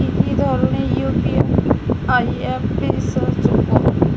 কি কি ধরনের ইউ.পি.আই অ্যাপ বিশ্বাসযোগ্য?